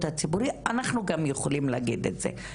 הציבורי - אנחנו גם יכולים להגיד את זה.